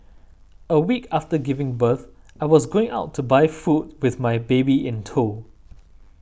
a week after giving birth I was going out to buy food with my baby in tow